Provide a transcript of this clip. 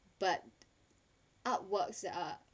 but artworks that are